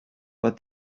but